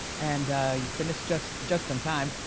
and you finished just just in time.